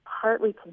partly